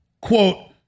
quote